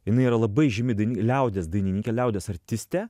jinai yra labai žymi liaudies dainininkė liaudies artistė